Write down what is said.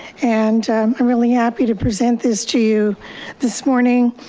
and i'm really happy to present this to you this morning.